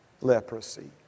leprosy